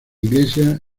iglesia